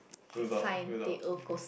without without